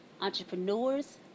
Entrepreneurs